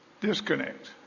disconnect